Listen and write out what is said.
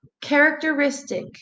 characteristic